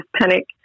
panic